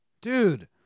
Dude